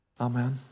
Amen